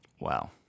Wow